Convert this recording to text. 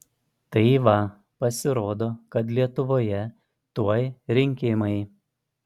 tai va pasirodo kad lietuvoje tuoj rinkimai